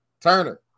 Turner